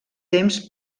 temps